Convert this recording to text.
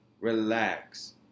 relax